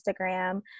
Instagram